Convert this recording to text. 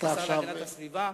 כשר להגנת הסביבה.